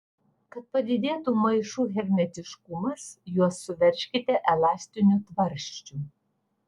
kad padidėtų maišų hermetiškumas juos suveržkite elastiniu tvarsčiu